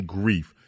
grief